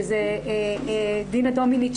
דינה דומיניץ,